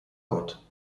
gott